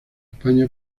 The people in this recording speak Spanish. españa